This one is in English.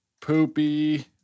poopy